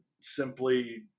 simply